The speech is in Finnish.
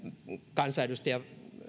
kansanedustaja